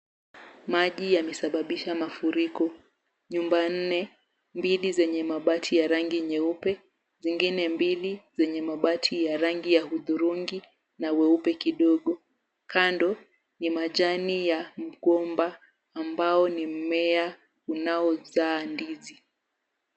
Maji yamesababishwa mafuriko nyumba nne, mbili zenye mabati ya rangi nyeupe, zingine mbili zenye mabati ya rangi ya hudhurungi na weupe kidogo, kando ni majani ya mgomba ambayo ni mmea unaozaa ndizi.